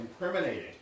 incriminating